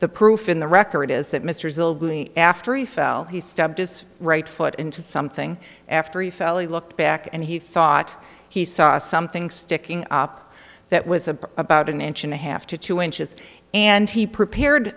the proof in the record is that mr hill after he fell he stabbed his right foot into something after he fell he looked back and he thought he saw something sticking up that was a about an inch and a half to two inches and he prepared